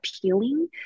appealing